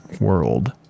world